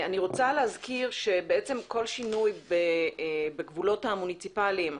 אני רוצה להזכיר שבעצם כל שינוי בגבולות המוניציפאליים,